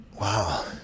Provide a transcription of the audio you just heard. Wow